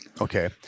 okay